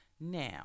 Now